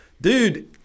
dude